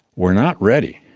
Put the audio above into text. were not ready,